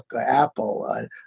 Apple